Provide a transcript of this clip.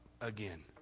again